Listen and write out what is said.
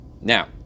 Now